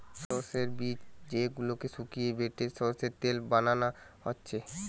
সোর্সের বীজ যেই গুলাকে শুকিয়ে বেটে সোর্সের তেল বানানা হচ্ছে